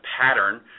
pattern